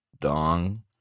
Dong